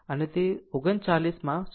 આમ તે 39 માં 0